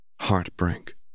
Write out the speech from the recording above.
Heartbreak